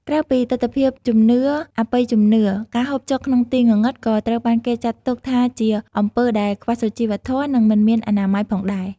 ក្រៅពីទិដ្ឋភាពជំនឿអបិយជំនឿ ការហូបចុកក្នុងទីងងឹតក៏ត្រូវបានគេចាត់ទុកថាជាអំពើដែល ខ្វះសុជីវធម៌ និង មិនមានអនាម័យ ផងដែរ ។